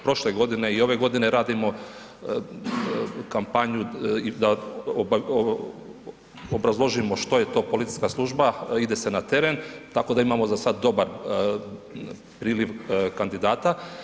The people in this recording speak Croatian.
Prošle godine i ove godine radimo kampanju i da obrazložimo što je to policijska služba i ide se na teren, tako da imamo za sada dobar priliv kandidata.